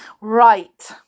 right